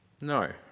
No